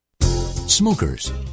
Smokers